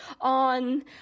on